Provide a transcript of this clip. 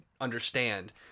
understand